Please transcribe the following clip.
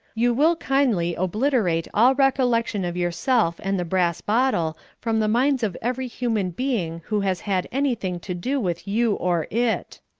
you will kindly obliterate all recollection of yourself and the brass bottle from the minds of every human being who has had anything to do with you or it.